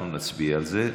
אנחנו נצביע על זה.